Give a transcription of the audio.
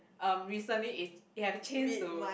um recently it it have change to